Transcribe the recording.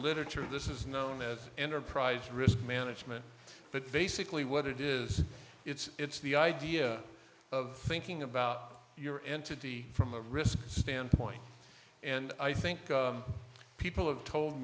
literature this is known as enterprise risk management but basically what it is it's the idea of thinking about your entity from a risk standpoint and i think people have told